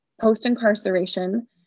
post-incarceration